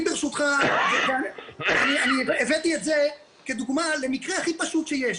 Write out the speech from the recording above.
אני ברשותך הבאתי את זה כדוגמה למקרה הכי פשוט שיש,